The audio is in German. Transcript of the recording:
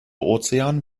ozean